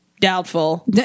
doubtful